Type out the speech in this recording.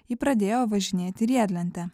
ji pradėjo važinėti riedlente